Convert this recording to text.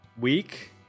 Week